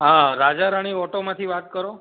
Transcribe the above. હા રાજારાણી ઓટોમાંથી વાત કરો